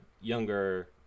younger